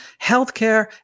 healthcare